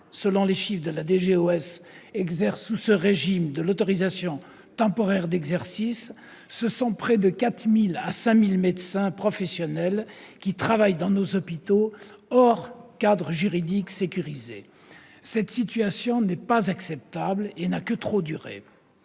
selon les chiffres de la DGOS, relèvent de ce régime de l'autorisation temporaire d'exercice, près de 4 000 à 5 000 professionnels travaillent dans nos hôpitaux hors de tout cadre juridique sécurisé. Cette situation n'est pas acceptable, et elle n'a que trop duré.